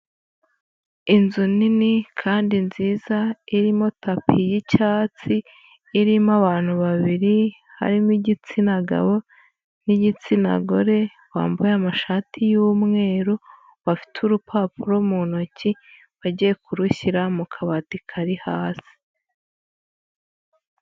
Inzu nini kandi nziza irimo tapi y’icyatsi, irimo abantu babiri harimo igitsina gabo n’igitsina gore bambaye amashati y’umweru, bafite urupapuro mu ntoki bagiye kurushyira mu kabati kari hasi.